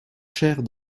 chers